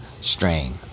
strain